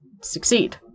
succeed